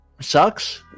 sucks